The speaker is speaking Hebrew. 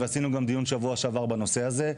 ועשינו גם דיון שבוע שעבר בנושא הזה,